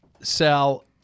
Sal